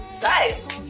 guys